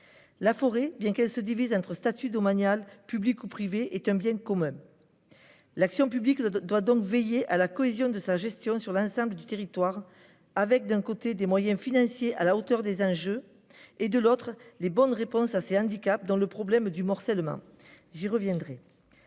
La forêt, bien qu'elle se divise entre statut domanial, public ou privé, est un bien commun. L'action publique doit donc veiller à la cohésion de sa gestion sur l'ensemble du territoire, avec, d'un côté, des moyens financiers à la hauteur des enjeux, et, de l'autre, les bonnes réponses à ses handicaps, dont le problème du morcellement ; j'y reviendrai.